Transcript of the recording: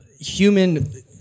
human